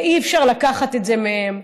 ואי-אפשר לקחת את זה מהם.